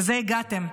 לזה הגעתם,